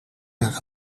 maar